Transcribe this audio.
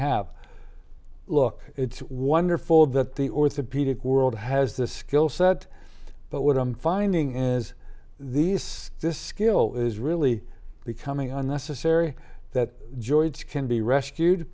have look it's wonderful that the orthopedic world has the skill set but what i'm finding is the if this skill is really becoming unnecessary that joints can be rescued